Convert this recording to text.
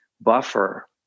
buffer